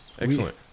Excellent